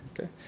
Okay